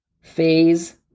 phase